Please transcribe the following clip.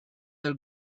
del